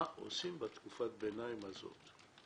מה עושים בתקופת הביניים הזאת?